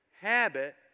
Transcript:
habit